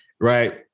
Right